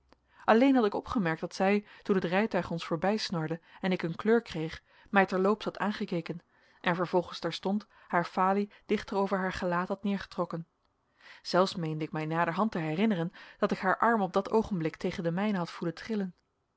alleen had ik opgemerkt dat zij toen het rijtuig ons voorbijsnorde en ik een kleur kreeg mij terloops had aangekeken en vervolgens terstond haar falie dichter over haar gelaat had neergetrokken zelfs meende ik mij naderhand te herinneren dat ik haar arm op dat oogenblik tegen den mijnen had voelen trillen